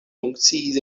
funkciis